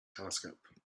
telescope